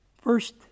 First